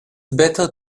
better